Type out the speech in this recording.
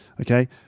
Okay